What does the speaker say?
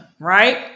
right